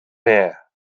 lair